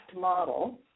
model